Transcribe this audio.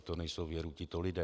To nejsou věru tito lidé.